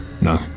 No